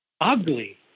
ugly